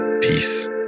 peace